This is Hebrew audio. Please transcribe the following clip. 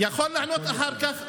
הוא יכול לענות אחר כך,